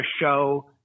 show